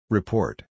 Report